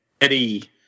Eddie